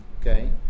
Okay